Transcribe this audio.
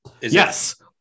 Yes